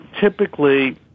typically